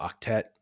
Octet